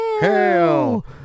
Hell